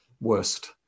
worst